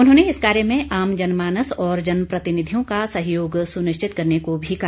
उन्होंने इस कार्य में आम जनमानस और जनप्रतिनिधियों का सहयोग सुनिश्चित करने को भी कहा